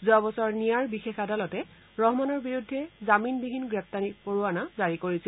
যোৱাবছৰ নিয়াৰ বিশযে আদালতে ৰহমানৰ বিৰুদ্ধে জামিনবিহনী গ্ৰেপ্তাৰী পৰোৱানা জাৰি কৰিছিল